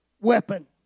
weapon